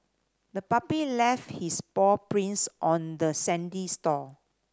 the puppy left his paw prints on the sandy shore